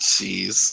Jeez